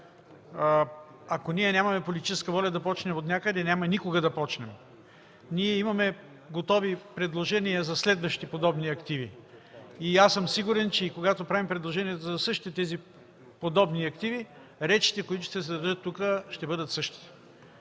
Ако ние нямаме политическа воля да започнем отнякъде, няма никога да започнем. Ние имаме готови предложения за следващи подобни активи и аз съм сигурен, че когато правим предложение за същите тези подобни активи речите, които ще се дадат тук, ще бъдат същите,